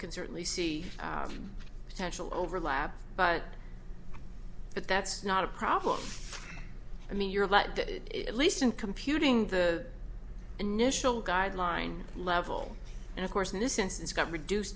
can certainly see actual overlap but but that's not a problem i mean you're elected at least in computing the initial guideline level and of course in this instance got reduced